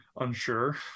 unsure